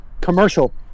commercial